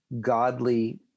godly